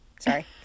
Sorry